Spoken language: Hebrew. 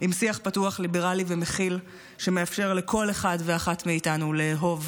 עם שיח פתוח ליברלי ומכיל שמאפשר לכל אחד ואחת מאיתנו לאהוב